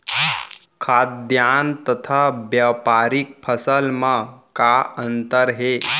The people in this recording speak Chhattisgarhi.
खाद्यान्न तथा व्यापारिक फसल मा का अंतर हे?